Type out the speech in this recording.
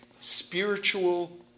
spiritual